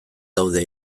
daude